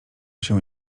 się